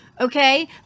Okay